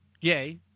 yay